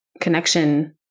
connection